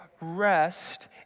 rest